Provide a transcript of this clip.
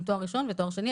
עם תואר ראשון ותואר שני,